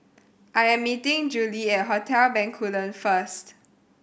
I am meeting Juli at Hotel Bencoolen first